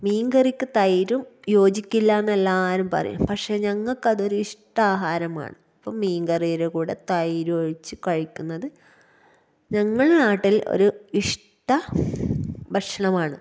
മീന്കറിക്ക് തൈരും യോജിക്കില്ല എന്നെല്ലാവരും പറയും പക്ഷെ ഞങ്ങൾക്ക് അതൊരിഷ്ടാഹാരമാണ് ഇപ്പം മീന്കറിയുടെ കൂടെ തൈരൊഴിച്ച് കഴിക്കുന്നത് ഞങ്ങളുടെ നാട്ടില് ഒര് ഇഷ്ട ഭക്ഷണമാണ്